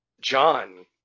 John